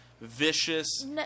vicious